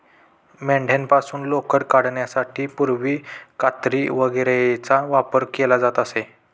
मेंढ्यांपासून लोकर काढण्यासाठी पूर्वी कात्री वगैरेचा वापर केला जात असे